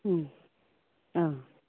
आं